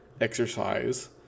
exercise